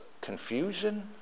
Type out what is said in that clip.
confusion